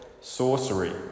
sorcery